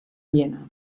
viena